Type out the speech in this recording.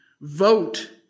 vote